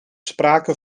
sprake